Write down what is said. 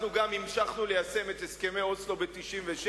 אנחנו גם המשכנו ליישם את הסכמי אוסלו ב-1996,